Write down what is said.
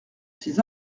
ses